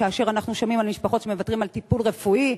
כאשר אנחנו שומעים על משפחות שמוותרים בהן על טיפול רפואי,